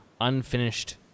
Unfinished